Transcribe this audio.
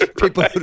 People